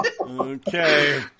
Okay